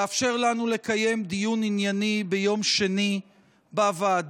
לאפשר לנו לקיים דיון ענייני ביום שני בוועדה,